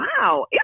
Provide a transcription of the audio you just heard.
Wow